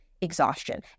exhaustion